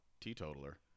teetotaler